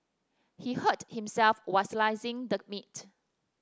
he hurt himself while slicing the meat